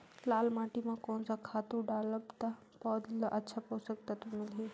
लाल माटी मां कोन सा खातु डालब ता पौध ला अच्छा पोषक तत्व मिलही?